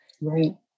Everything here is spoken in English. right